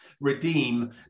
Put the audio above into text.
redeem